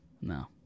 No